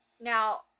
Now